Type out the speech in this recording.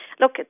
Look